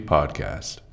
Podcast